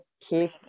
keep